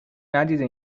ندیده